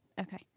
Okay